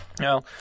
No